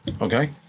okay